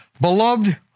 Beloved